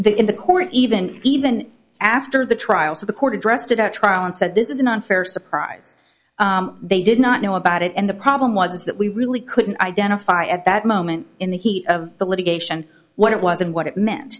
the in the court even even after the trial so the court addressed it at trial and said this is an unfair surprise they did not know about it and the problem was that we really couldn't identify at that moment in the heat of the litigation what it was and what it meant